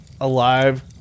alive